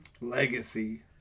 Legacy